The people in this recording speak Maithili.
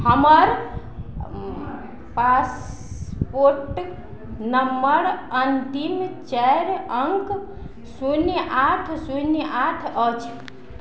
हमर पासपोर्ट नंबर अंतिम चारि अङ्क शून्य आठ शून्य आठ अछि